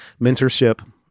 mentorship